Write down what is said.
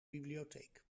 bibliotheek